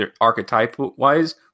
archetype-wise